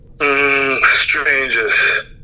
Strangers